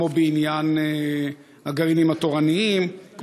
כמו בעניין הגרעינים התורניים,